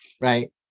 Right